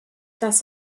das